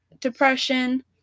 depression